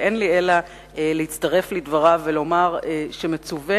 ואין לי אלא להצטרף לדבריו ולומר שמצווה